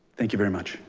thank you very much.